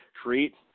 create